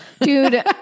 Dude